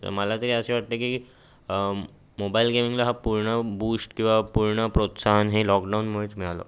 मला तरी असे वाटते की मोबाईल गेमिंगला हा पूर्ण बूष्ट किंवा पूर्ण प्रोत्साहन हे लॉकडाऊनमुळेच मिळालं